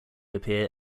appear